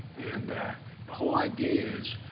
and whole idea is,